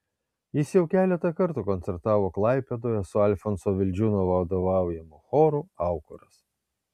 jis jau keletą kartų koncertavo klaipėdoje su alfonso vildžiūno vadovaujamu choru aukuras